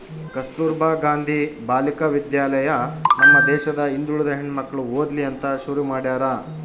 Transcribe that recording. ಕಸ್ತುರ್ಭ ಗಾಂಧಿ ಬಾಲಿಕ ವಿದ್ಯಾಲಯ ನಮ್ ದೇಶದ ಹಿಂದುಳಿದ ಹೆಣ್ಮಕ್ಳು ಓದ್ಲಿ ಅಂತ ಶುರು ಮಾಡ್ಯಾರ